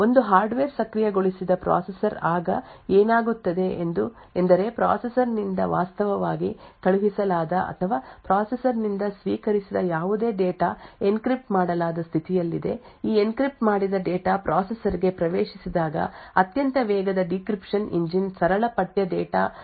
ಒಂದು ಹಾರ್ಡ್ವೇರ್ ಸಕ್ರಿಯಗೊಳಿಸಿದ ಪ್ರೊಸೆಸರ್ ಆಗ ಏನಾಗುತ್ತದೆ ಎಂದರೆ ಪ್ರೊಸೆಸರ್ನಿಂದ ವಾಸ್ತವವಾಗಿ ಕಳುಹಿಸಲಾದ ಅಥವಾ ಪ್ರೊಸೆಸರ್ನಿಂದ ಸ್ವೀಕರಿಸಿದ ಯಾವುದೇ ಡೇಟಾ ಎನ್ಕ್ರಿಪ್ಟ್ ಮಾಡಲಾದ ಸ್ಥಿತಿಯಲ್ಲಿದೆ ಈ ಎನ್ಕ್ರಿಪ್ಟ್ ಮಾಡಿದ ಡೇಟಾ ಪ್ರೊಸೆಸರ್ಗೆ ಪ್ರವೇಶಿಸಿದಾಗ ಅತ್ಯಂತ ವೇಗದ ಡೀಕ್ರಿಪ್ಶನ್ ಎಂಜಿನ್ ಸರಳ ಪಠ್ಯ ಡೇಟಾ ಪಡೆಯಲು ಅದನ್ನು ಡೀಕ್ರಿಪ್ಶನ್ ಮಾಡುತ್ತದೆ